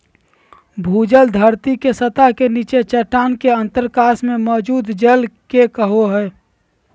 भूजल धरती के सतह के नीचे चट्टान के अंतरकाश में मौजूद जल के कहो हइ